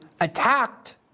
attacked